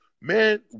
man